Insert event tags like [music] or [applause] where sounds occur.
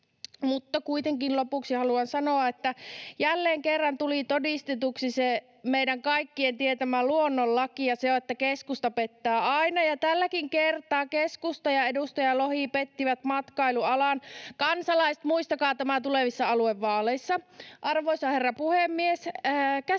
— Kuitenkin lopuksi haluan sanoa, että jälleen kerran tuli todistetuksi se meidän kaikkien tietämä luonnonlaki, ja se on se, että keskusta pettää aina, ja tälläkin kertaa keskusta ja edustaja Lohi pettivät matkailualan. [noise] Kansalaiset, muistakaa tämä tulevissa aluevaaleissa. Arvoisa herra puhemies! Tämä